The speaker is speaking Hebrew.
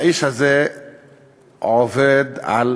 האיש הזה עובד על